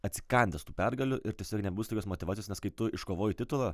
atsikandęs tų pergalių ir tiesiog nebus tokios motyvacijos nes kai tu iškovoji titulą